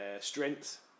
Strength